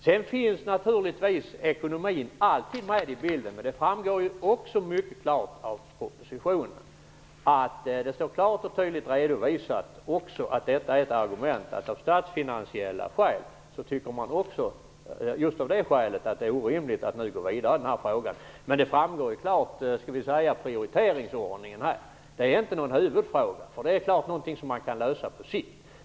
Sedan finns naturligtvis ekonomin alltid med i bilden. Det framgår också klart och tydligt i propositionen att av statsfinansiella skäl är det orimligt att gå vidare i frågan. Men prioriteringsordningen framgår klart. Detta är inte någon huvudfråga. Den går att lösa på sikt.